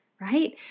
right